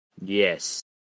Yes